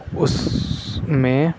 اُس میں